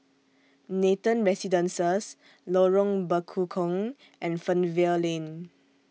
Nathan Residences Lorong Bekukong and Fernvale Lane